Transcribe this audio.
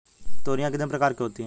तोरियां कितने प्रकार की होती हैं?